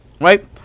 Right